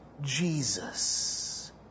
Jesus